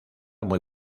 muy